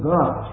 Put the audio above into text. God